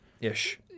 Ish